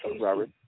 Robert